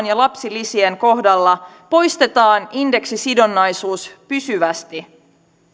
ja lapsilisien kohdalla poistetaan indeksisidonnaisuus pysyvästi